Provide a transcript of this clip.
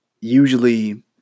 usually